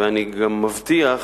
ואני גם מבטיח